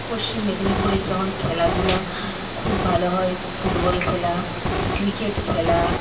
পশ্চিম মেদিনীপুরে যেমন খেলাধুলা খুব ভালো হয় ফুটবল খেলা ক্রিকেট খেলা